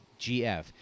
GF